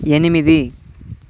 ఎనిమిది